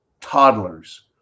toddlers